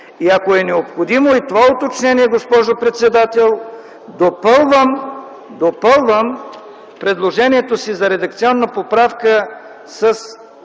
Ако е необходимо и това уточнение, госпожо председател, допълвам предложението си за редакционна поправка с